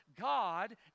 God